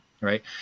right